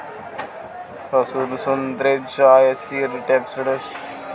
सुरेंद्राचे आईसर ट्रॅक्टरचे tyre rubber तंत्रज्ञानातनाच बनवले हत